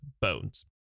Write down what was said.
bones